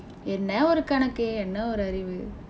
என்ன ஒரு கணக்கு என்ன ஒரு அறிவு:enna oru kanakku enna oru arivu